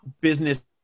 business